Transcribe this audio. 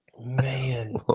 Man